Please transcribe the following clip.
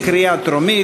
לקריאה טרומית.